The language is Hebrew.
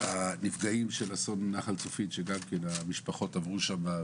את נפגעי אסון נחל צפית שהמשפחות עברו שם,